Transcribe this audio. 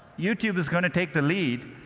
youtube is going to take the lead,